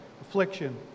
affliction